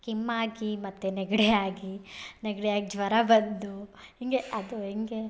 ಕೆಮ್ಮು ಆಗಿ ಮತ್ತು ನೆಗಡಿಯಾಗಿ ನೆಗಡಿಯಾಗ್ ಜ್ವರ ಬಂದು ಹೀಗೆ ಅದು ಹೇಗೆ